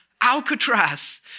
Alcatraz